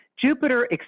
jupiter